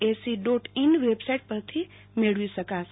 A dot in website પર થી મેળવી શકાશે